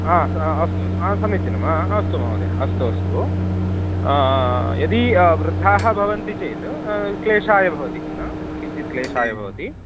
हा अस्तु अस्तु समीचीनं आ अस्तु महोदय अस्तु अस्तु यदि वृद्धाः भवन्ति चेत् क्लेशाय भवति किञ्चित् क्लेशाय भवति